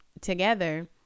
together